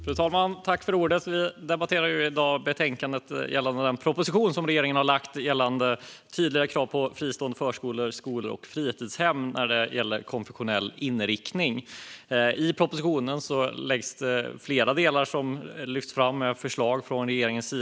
Fru talman! Vi debatterar i dag betänkandet om den proposition som regeringen har lagt fram gällande tydligare krav på fristående förskolor, skolor och fritidshem med konfessionell inriktning. I propositionen lyfter regeringen fram flera förslag.